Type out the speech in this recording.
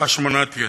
השמנת יתר.